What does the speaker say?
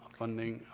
funding,